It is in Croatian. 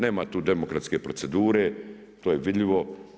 Nema tu demokratske procedure to je vidljivo.